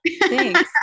thanks